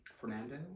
Fernando